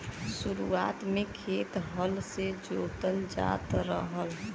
शुरुआत में खेत हल से जोतल जात रहल